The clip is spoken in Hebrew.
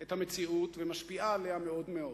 את המציאות ומשפיעה עליה מאוד מאוד.